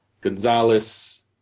Gonzalez